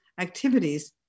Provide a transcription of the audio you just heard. activities